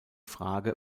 frage